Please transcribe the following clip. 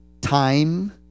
time